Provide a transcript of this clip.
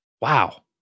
Wow